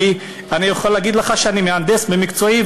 כי אני יכול להגיד לך שאני מהנדס במקצועי,